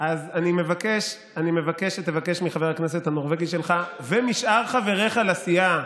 אני מבקש שתבקש מחבר הכנסת הנורבגי שלך ומשאר חבריך לסיעה,